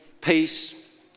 peace